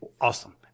Awesome